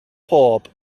pob